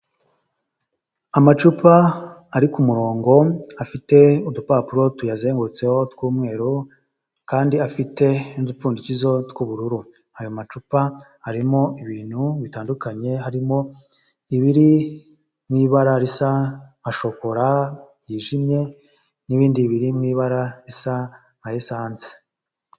Amacupa ari ku murongo afite udupapuro tuyazengurutseho tw'umweru, kandi afite n'udupfundikizo tw'ubururu, ayo macupa harimo ibintu bitandukanye harimo ibiri mu ibara risa nka shokora yijimye, n'ibindi biri mu ibara bisa nka esanse.